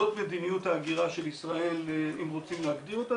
זאת מדיניות ההגירה של ישראל אם רוצים להגדיר אותה,